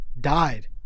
died